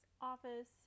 office